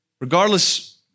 Regardless